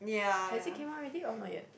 has it came out ready or not yet